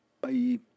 bye